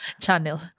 channel